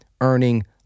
earning